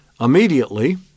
immediately